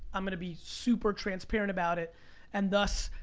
i'm gonna be super transparent about it and thus,